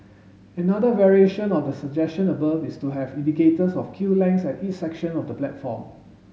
another variation of the suggestion above is to have indicators of queue lengths at each section of the platform